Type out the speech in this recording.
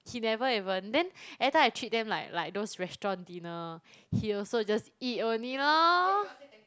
he never even then every time I treat them like like those restaurant dinner he also just eat only lor